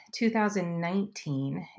2019